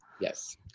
Yes